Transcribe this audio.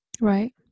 Right